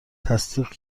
تصدیق